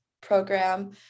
program